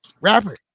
rapper